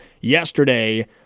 yesterday